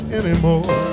anymore